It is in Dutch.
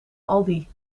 aldi